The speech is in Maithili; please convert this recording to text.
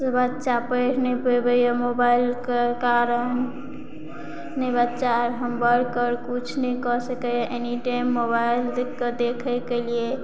से बच्चा पढ़ि नहि पबैया मोबाइल के कारण नहि बच्चा आर होम वर्क कर कुछ नहि कऽ सकैया एनी टाइम मोबाइल देख कऽ देखय केलियै